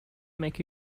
make